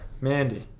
Mandy